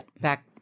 back